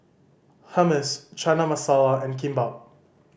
Hummus Chana Masala and Kimbap